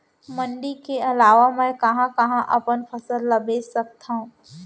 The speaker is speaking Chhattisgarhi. मण्डी के अलावा मैं कहाँ कहाँ अपन फसल ला बेच सकत हँव?